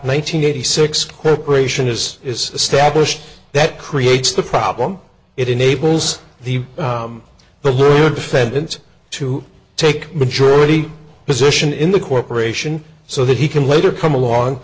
hundred eighty six corporation is is established that creates the problem it enables the the defendant to take majority position in the corporation so that he can later come along